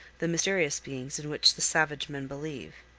the mysterious beings in which the savage men believe.